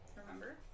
remember